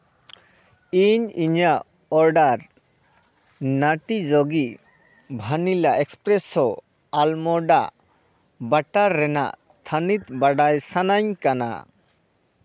ᱤᱧ ᱤᱧᱟᱹᱜ ᱚᱰᱟᱨ ᱱᱟᱴᱤᱡᱳᱜᱤ ᱵᱷᱟᱱᱤᱞᱟ ᱮᱥᱯᱨᱮᱥᱳ ᱟᱞᱢᱳᱰᱟ ᱵᱟᱴᱟᱨ ᱨᱮᱱᱟᱜ ᱛᱷᱟᱱᱤᱛ ᱵᱟᱰᱟᱭ ᱥᱟᱱᱟᱧ ᱠᱟᱱᱟ